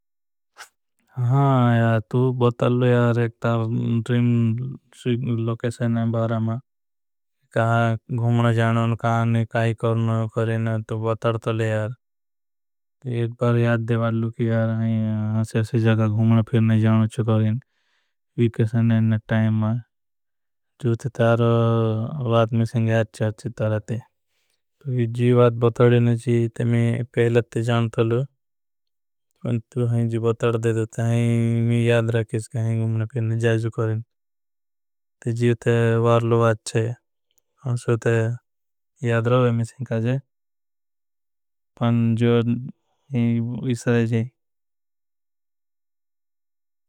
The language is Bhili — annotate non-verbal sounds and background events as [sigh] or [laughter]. हा तू बतल लो यार एक तार [hesitation] ड्रिम। लोकेशन हैं बारा मां घुमना जाना हैं कहाँ ने काई। करना हैं बतल लो यार बार याद देवाल लो कि यार। [hesitation] हाँ अस्य अस्य जगा घुमना फिरना। जाना चु करें है ने टाइम मां तो थारे। [hesitation] वाट मे संज्ञात अच्छा अच्छा तरह ते बतल लो यार एक। तार संज्ञात ड्रिम लोकेशन हैं बारा मां। [unintelligible] जीवते वार लो आच्छे उते याद रहो वें मिसंगाजे जीवत। इससे ले जाई।